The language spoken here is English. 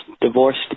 divorced